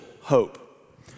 hope